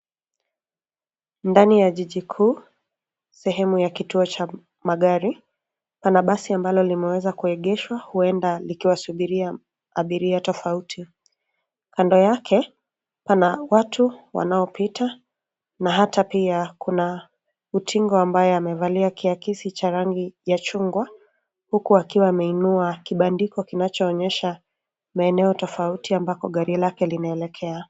Ndani ya jiji kuu, sehemu ya kituo cha magari. Pana basi ambalo limeweza kuegeshwa, huenda likiwasubiria abiria tofauti. Kando yake pana watu wanaopita na hata pia kuna utingo ambaye amevalia kiakisi cha rangi ya chungwa, huku akiwa ameinua kibandiko kinachoonyesha maeneo tofauti ambapo gari lake linaelekea.